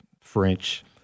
French